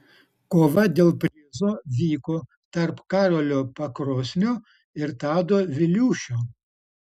kova dėl prizo vyko tarp karolio pakrosnio ir tado viliūšio